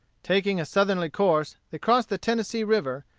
taking a southerly course, they crossed the tennessee river,